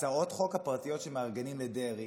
הצעות החוק הפרטיות שמארגנים לדרעי,